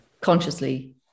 consciously